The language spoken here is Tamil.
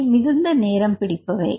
இவை மிகுந்த நேரம் பிடிப்பவை